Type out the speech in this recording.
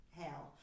hell